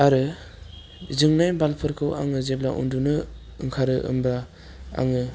आरो जोंनाय बाल्बफोरखौ आङो जेब्ला उन्दुनो ओंखारो होमबा आङो